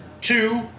two